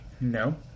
No